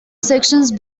section